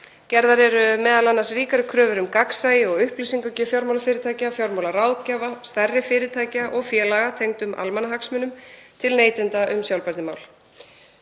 Gerðar eru m.a. ríkari kröfur um gagnsæi og upplýsingagjöf fjármálafyrirtækja, fjármálaráðgjafa, stærri fyrirtækja og félaga tengdum almannahagsmunum til neytenda um sjálfbærnimál.